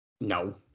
No